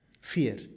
fear